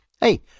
Hey